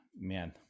man